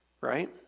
right